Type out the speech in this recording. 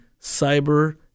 Cyber